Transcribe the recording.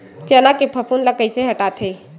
चना के फफूंद ल कइसे हटाथे?